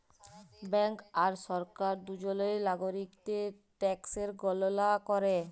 bank আর সরকার দুজলই লাগরিকদের ট্যাকসের গললা ক্যরে